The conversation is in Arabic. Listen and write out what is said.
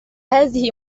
هذه